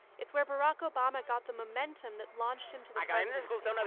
it's where barack obama got the momentum that launched him to the presidency.